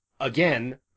again